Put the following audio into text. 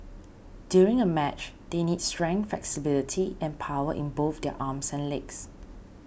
during a match they need strength flexibility and power in both their arms and legs